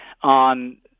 on